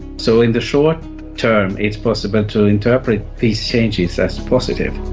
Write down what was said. so in the short term it's possible to interpret these changes as positive.